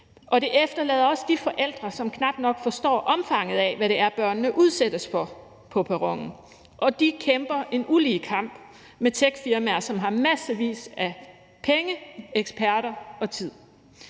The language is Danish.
Det efterlader også de forældre, som knap nok forstår omfanget af, hvad det er, børnene udsættes for, på perronen, og de kæmper en ulige kamp med techfirmaer, som har massevis af penge, eksperter og tid.